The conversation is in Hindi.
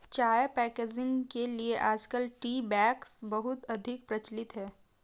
चाय पैकेजिंग के लिए आजकल टी बैग्स बहुत अधिक प्रचलित है